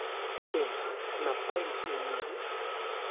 ᱟᱹᱰᱤ ᱢᱚᱡᱽ ᱱᱟᱯᱟᱭ ᱜᱮᱠᱚ ᱧᱩ ᱧᱟᱢᱮᱜᱼᱟ